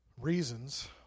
reasons